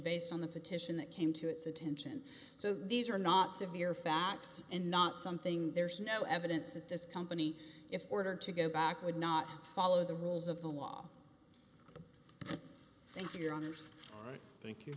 based on the petition that came to its attention so these are not severe facts and not something there's no evidence that this company if ordered to go back would not follow the rules of the law thank you your honor thank you